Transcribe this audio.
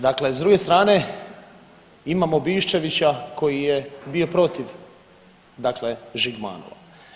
Dakle s druge strane, imamo Biščevića koji je bio protiv dakle Žigmanova.